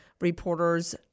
reporter's